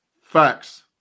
Facts